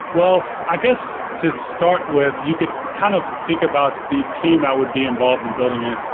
well, i guess to start with you could kind of think about the team that would be involved in building it,